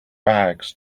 bags